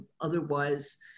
otherwise